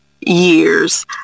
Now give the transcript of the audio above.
years